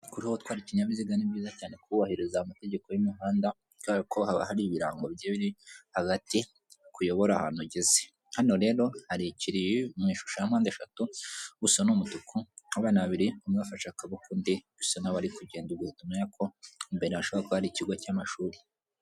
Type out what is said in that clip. Kuri wowe utwara ikinyabiziga ni byiza cyane kubahiriza amategeko y'umuhanda, kubera ko haba hari ibirango bigiye biri hagati, bikuyobora ahantu ugeze, hano rero hari ikiri mu ishusho ya mpande eshatu, gusa ni umutuku abana babiri umwe bafashe akaboko undi bisa n'aho bari kugenda ugahita umenyaya ko imbere hashobora kuba hari ikigo cy'amashuri.